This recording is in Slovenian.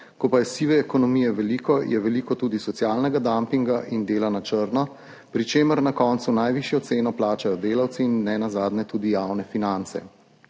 Ko pa je sive ekonomije veliko, je veliko tudi socialnega dumpinga in dela na črno, pri čemer na koncu najvišjo ceno plačajo delavci in nenazadnje tudi javne finance.